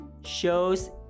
shows